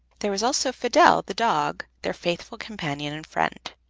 there was also fidel, the dog, their faithful companion and friend.